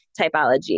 typology